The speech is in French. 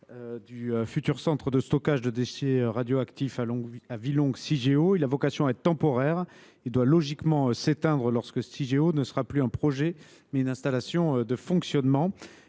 du futur centre de stockage de déchets radioactifs à vie longue Cigéo, a vocation à être temporaire. Il doit logiquement s’éteindre lorsque Cigéo ne sera plus un projet, mais une installation en fonctionnement.